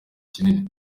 kinini